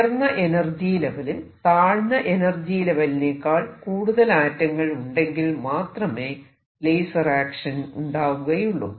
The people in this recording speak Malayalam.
ഉയർന്ന എനർജി ലെവലിൽ താഴ്ന്ന എനർജി ലെവെലിനെക്കാൾ കൂടുതൽ ആറ്റങ്ങൾ ഉണ്ടെങ്കിൽ മാത്രമേ ലേസർ ആക്ഷൻ ഉണ്ടാവുകയുള്ളൂ